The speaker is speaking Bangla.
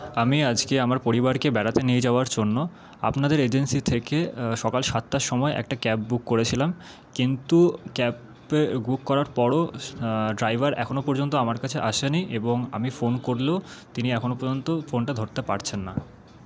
আমি আজকে আমার পরিবারকে বেড়াতে নিয়ে যাওয়ার জন্য আপনাদের এজেন্সি থেকে সকাল সাতটার সময় একটা ক্যাব বুক করেছিলাম কিন্তু ক্যাবে বুক করার পরও ড্রাইভার এখনো পর্যন্ত আমার কাছে আসেনি এবং আমি ফোন করলেও তিনি এখনো পর্যন্ত ফোনটা ধরতে পারছেন না